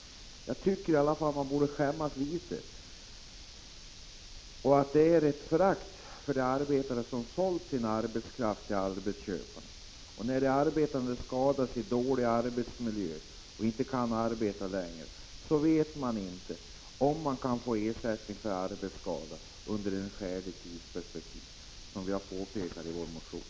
Litet grand borde man i alla fall skämmas. Detta förfarande visar på ett förakt för de arbetare som har sålt sin arbetskraft till arbetsköparna. De arbetande som skadas i dåliga arbetsmiljöer och som sedan inte kan arbeta vet ju inte om de kan få ersättning för sin arbetsskada inom skälig tid. Dessa förhållanden har vi pekat på i vår motion.